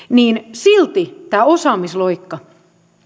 silti tämä osaamisloikka